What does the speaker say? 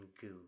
goo